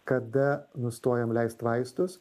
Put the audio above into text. kada nustojam leist vaistus